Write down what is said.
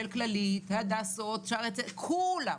של כללית, הדסות, שערי צדק, כולם,